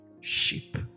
sheep